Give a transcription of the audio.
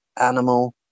animal